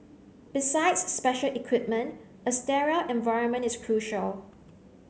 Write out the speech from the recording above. besides special equipment a sterile environment is crucial